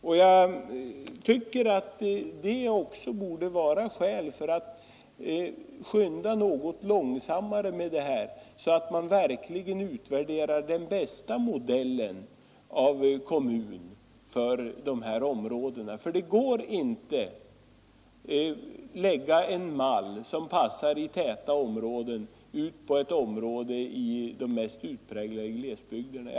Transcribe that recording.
Och det tycker jag också borde vara skäl för att skynda något långsammare, så att man verkligen utvärderar den bästa modellen för en kommun i dessa områden. Det går inte att göra en mall som passar för både tättbebyggda områden och områden i de mest utpräglade glesbygderna.